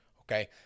Okay